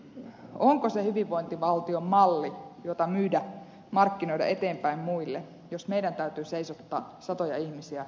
onko tämä se hyvinvointivaltion malli jota myydä markkinoida eteenpäin muille jos meidän täytyy seisottaa satoja ihmisiä leipäjonoissa